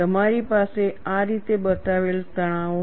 તમારી પાસે આ રીતે બતાવેલ તણાવો છે